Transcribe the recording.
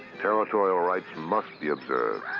territorial rights must be observed.